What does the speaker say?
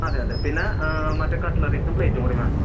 അതെ അതെ പിന്നെ മറ്റെ കട്ട്ലറീസും പ്ലേറ്റും കൂടി വേണം